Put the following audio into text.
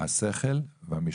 השכל והמשטרה.